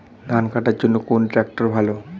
ধান কাটার জন্য কোন ট্রাক্টর ভালো?